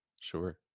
Sure